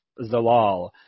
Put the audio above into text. Zalal